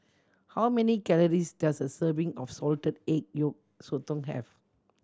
how many calories does a serving of salted egg yolk sotong have